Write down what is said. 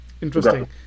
Interesting